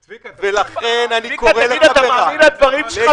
צביקה, אתה מאמין לדברים שלך?